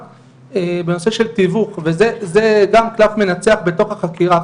בנושא של תיווך וזה גם קלף מנצח בתוך החקירה.